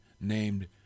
named